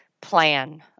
plan